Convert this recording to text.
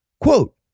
Quote